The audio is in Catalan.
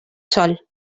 sol